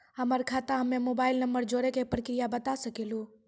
हमर खाता हम्मे मोबाइल नंबर जोड़े के प्रक्रिया बता सकें लू?